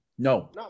No